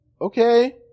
Okay